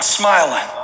smiling